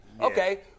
Okay